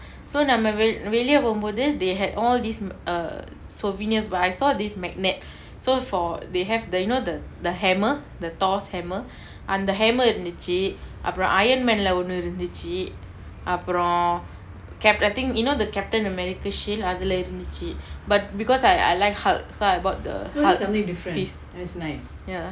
so நாம:naama vell~ வெளிய போகும்போது:veliya pokumpothu they had all these err souvenirs but I saw this magnet so for they have the you know the hammer the thor's hammer அந்த:antha hammer இருந்துச்சு அப்ரோ:irunthuchu apro iron man lah ஒன்னு இருந்துச்சு அப்ரோ:onnu irunthuchu apro captain nothing you know the captain america shield அதுல இருந்துச்சு:athula irunthuchu but because I I like hulk so I bought the hulk's fist ya